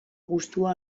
gustua